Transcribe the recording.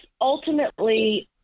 ultimately